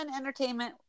Entertainment